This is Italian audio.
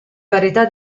parità